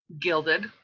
gilded